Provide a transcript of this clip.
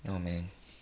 no man